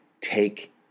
take